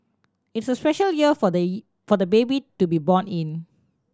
it's a special year for the for the baby to be born in